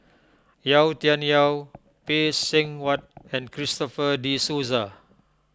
Yau Tian Yau Phay Seng Whatt and Christopher De Souza